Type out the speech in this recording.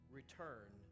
return